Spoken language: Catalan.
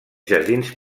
jardins